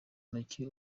ntoki